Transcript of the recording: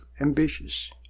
ambitious